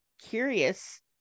curious